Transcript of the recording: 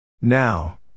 Now